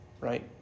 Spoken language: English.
right